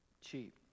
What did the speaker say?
cheap